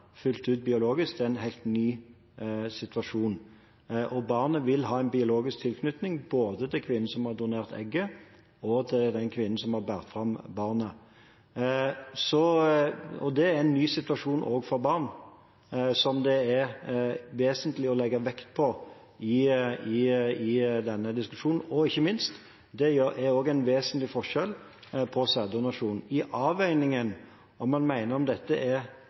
vil ha en biologisk tilknytning både til den kvinnen som har donert egget, og til den kvinnen som har båret det fram. Det er en ny situasjon også for barn, som det er vesentlig å legge vekt på i denne diskusjonen. Ikke minst er det også en vesentlig forskjell når det gjelder sæddonasjon. I avveiningen om man mener dette er